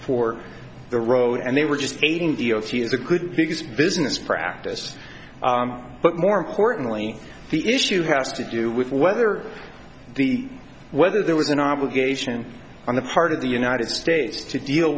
for the road and they were just aiding the o c is a good because business practice but more importantly the issue has to do with whether the whether there was an obligation on the part of the united states to deal